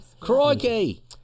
Crikey